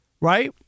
right